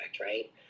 right